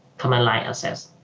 command line access